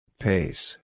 Pace